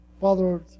Father